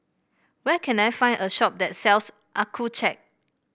where can I find a shop that sells Accucheck